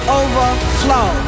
overflow